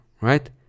right